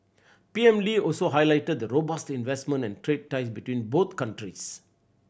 P M Lee also highlighted the robust investment and trade ties between both countries